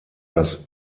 das